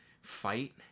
fight